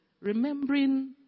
remembering